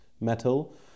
metal